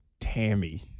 Tammy